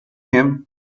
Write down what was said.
him